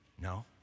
No